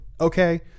okay